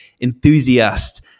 enthusiast